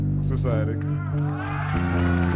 Society